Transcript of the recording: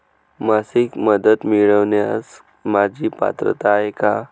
सामाजिक मदत मिळवण्यास माझी पात्रता आहे का?